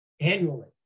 Annually